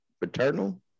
paternal